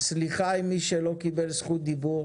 סליחה עם מי שלא קיבל זכות דיבור,